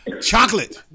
Chocolate